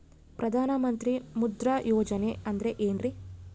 ಪ್ರಧಾನ ಮಂತ್ರಿ ಮುದ್ರಾ ಯೋಜನೆ ಅಂದ್ರೆ ಏನ್ರಿ?